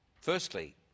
firstly